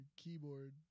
keyboard